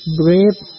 brave